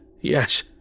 Yes